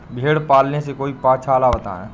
भेड़े पालने से कोई पक्षाला बताएं?